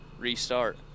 restart